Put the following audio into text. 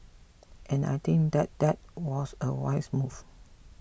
and I think that that was a wise move